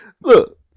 Look